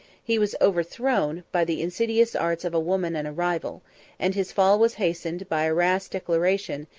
he was overthrown by the insidious arts of a woman and a rival and his fall was hastened by a rash declaration,